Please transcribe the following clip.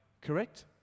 Correct